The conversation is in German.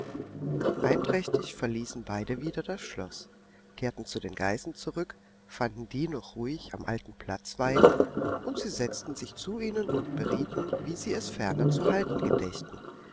einträchtig verließen sie beide wieder das schloß kehrten zu den geißen zurück fanden die noch ruhig am alten platz weiden und sie setzten sich zu ihnen und berieten wie sie es ferner zu halten gedächten